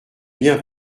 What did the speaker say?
bien